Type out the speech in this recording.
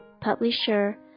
Publisher